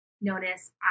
notice